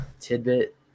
Tidbit